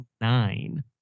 nine